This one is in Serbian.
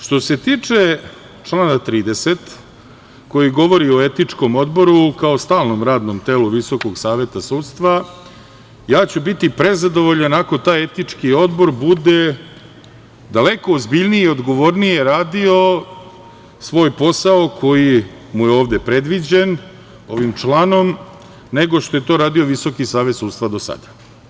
Što se tiče člana 30. koji govori o Etičkom odboru kao stalnom radnom telu Visokog saveta sudstva, ja ću biti prezadovoljan ako taj Etički odbor bude daleko ozbiljnije i odgovornije radio svoj posao koji mu je ovde predviđen ovim članom, nego što je to radio Visoki savet sudstva do sada.